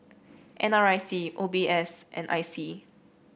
N R I C O B S and I C